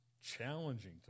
challenging